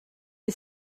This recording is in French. est